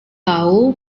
tahu